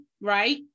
right